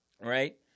right